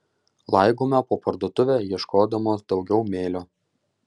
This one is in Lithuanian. laigome po parduotuvę ieškodamos daugiau mėlio